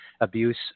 abuse